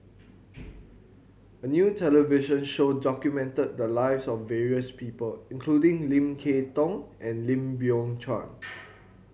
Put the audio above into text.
a new television show documented the lives of various people including Lim Kay Tong and Lim Biow Chuan